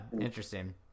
interesting